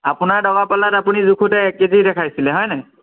আপোনাৰ দগাপাল্লাত আপুনি জোখোতে এক কেজি দেখাইছিলে হয় নাই